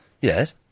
Yes